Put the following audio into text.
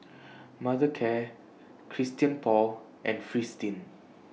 Mothercare Christian Paul and Fristine